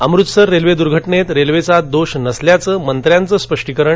Amritsar railway दुर्घटनेत रेल्वेचा दोष नसल्याचं मंत्र्याचं स्पष्टीकरण